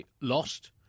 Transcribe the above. lost